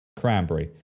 cranberry